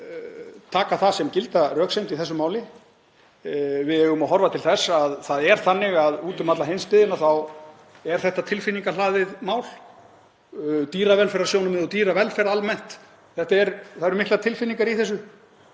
þá er þetta tilfinningahlaðið mál. Dýravelferðarsjónarmið og dýravelferð almennt, það eru miklar tilfinningar í þessu.